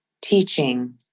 teaching